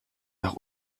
nach